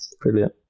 brilliant